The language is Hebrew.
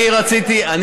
אל תעשה מזה אידיאולוגיה.